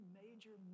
major